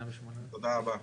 תודה רבה.